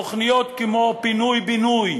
תוכניות כמו פינוי-בינוי,